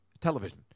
television